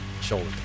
shoulder